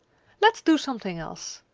let's do something else!